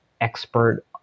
expert